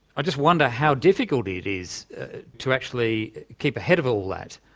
i just wonder how difficult it is to actually keep ahead of all that,